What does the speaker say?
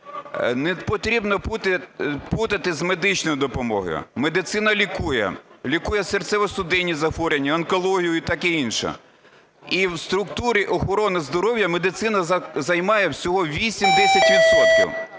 Не потрібно плутати з медичною допомогою. Медицина лікує. Лікує серцево-судинні захворювання, онкологію і таке інше. І в структурі охорони здоров'я медицина займає всього 8-10